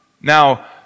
Now